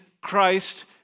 Christ